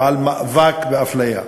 ועל המאבק באפליה.